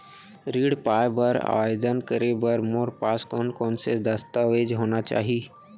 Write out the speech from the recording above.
ऋण पाय बर आवेदन करे बर मोर पास कोन कोन से दस्तावेज होना चाही?